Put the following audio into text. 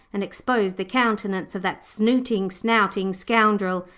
and exposed the countenance of that snooting, snouting scoundrel,